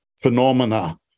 phenomena